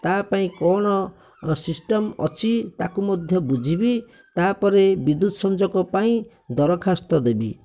ତା ପାଇଁ କଣ ସିଷ୍ଟମ ଅଛି ତାକୁ ମଧ୍ୟ ବୁଝିବି ତାପରେ ବିଦ୍ୟୁତ ସଂଯୋଗ ପାଇଁ ଦରଖାସ୍ତ ଦେବି